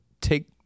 take